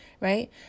right